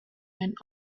went